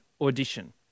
audition